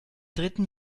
dritten